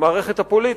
המערכת הפוליטית,